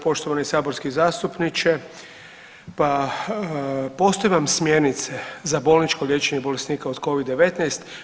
Poštovani saborski zastupniče, pa postoje vam smjernice za bolničko liječenje bolesnika od Covid-19.